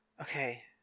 Okay